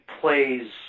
plays